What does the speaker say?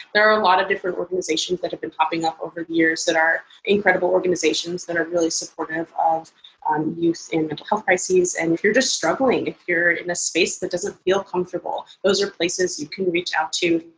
there are a lot of different organizations that have been popping up over years that are incredible organizations that are really supportive of youth in mental health crises, and if you're just struggling, if you're in a space that doesn't feel comfortable. those are places you can reach out to.